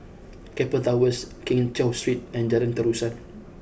Keppel Towers Keng Cheow Street and Jalan Terusan